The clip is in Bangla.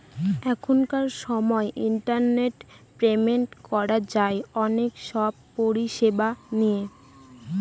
এখনকার সময় ইন্টারনেট পেমেন্ট করা যায় অনেক সব পরিষেবা দিয়ে